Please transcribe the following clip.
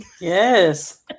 Yes